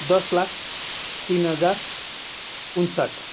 दस लाख तिन हजार उनन्साठी